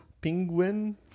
Penguin